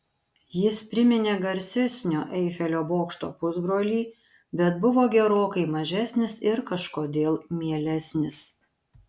jis priminė garsesnio eifelio bokšto pusbrolį bet buvo gerokai mažesnis ir kažkodėl mielesnis